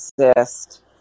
exist